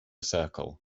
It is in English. circle